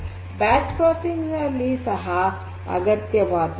batch processing ಸಹ ಅಗತ್ಯವಾದದ್ದು